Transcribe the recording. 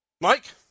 mike